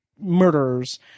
murderers